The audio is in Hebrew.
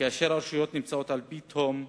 כאשר הרשויות נמצאות על פי תהום,